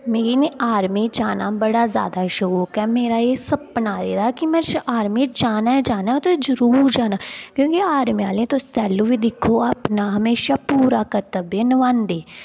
मी ना आर्मी जाना बड़ा शौक ऐ मेरा एह् सपना जेह्ड़ा कि में आर्मी में जाना गै जाना ते जरूर जाना क्योंकि आर्मी आह्लें गी तुस तैलूं बी दिक्खो ओह् अपना हमेशा पूर कर्त्तव्य नभांदे